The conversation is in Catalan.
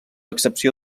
excepció